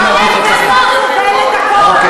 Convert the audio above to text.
העם שלך, העם